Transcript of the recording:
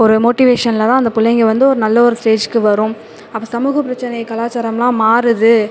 ஒரு மோட்டிவேஷன்ல தான் அந்த பிள்ளைங்க வந்து ஒரு நல்ல ஒரு ஸ்டேஜ்க்கு வரும் அப்போ சமூக பிரச்சனையை கலாச்சாரம்லாம் மாறுது